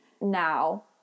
now